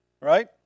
Right